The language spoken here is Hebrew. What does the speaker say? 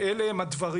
אלה הם הדברים.